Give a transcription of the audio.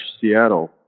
Seattle